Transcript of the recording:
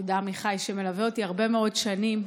יהודה עמיחי שמלווה אותי הרבה מאוד שנים.